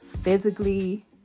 physically